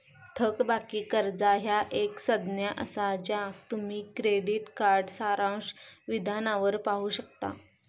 थकबाकी कर्जा ह्या एक संज्ञा असा ज्या तुम्ही क्रेडिट कार्ड सारांश विधानावर पाहू शकता